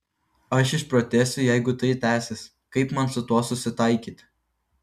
aš išprotėsiu jeigu tai tęsis kaip man su tuo susitaikyti